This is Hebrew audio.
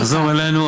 יחזור אלינו,